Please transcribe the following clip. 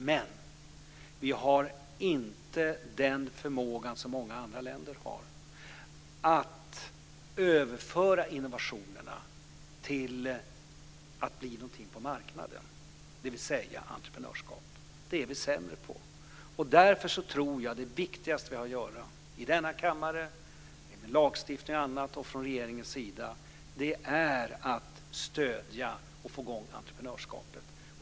Men vi har inte den förmåga som många andra länder har att överföra innovationerna till att bli någonting på marknaden, dvs. entreprenörskap. Det är vi sämre på. Därför tror jag att det viktigaste vi har att göra i denna kammare genom lagstiftning och annat och från regeringens sida är att stödja och få i gång entreprenörskapet.